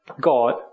God